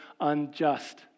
unjust